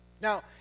Now